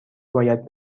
باید